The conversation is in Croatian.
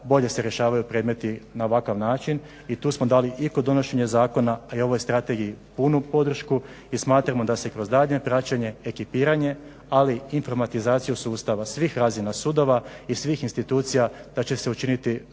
bolje se rješavaju predmeti na ovakav način, i tu smo dali i kod donošenja zakona a i ovoj strategiji punu podršku, i smatramo da se kroz daljnje praćenje, ekipiranje, ali informatizaciju sustava svih razina sudova i svih institucija da će se učiniti